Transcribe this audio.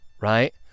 right